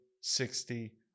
sixty